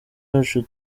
yacu